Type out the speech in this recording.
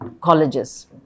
colleges